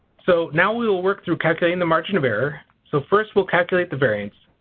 so now we will work through calculating the margin of error. so first we'll calculate the variance.